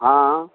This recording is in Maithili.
हँ